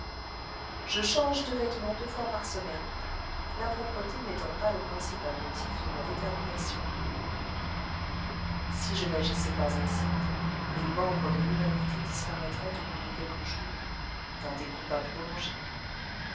je change de vêtements deux fois par semaine la propreté n'étant pas le principal motif de ma détermination si je n'agissais pas ainsi les membres de l'humanité disparaîtraient au bout de quelques jours dans des combats prolongés